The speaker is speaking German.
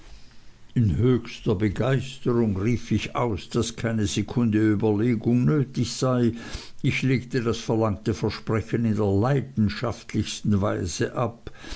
in höchster begeisterung rief ich aus daß keine sekunde überlegung nötig sei ich legte das verlangte versprechen in der leidenschaftlichsten weise ab